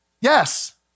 yes